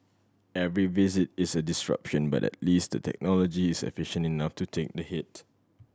every visit is a disruption but least the technology is efficient enough to take the hit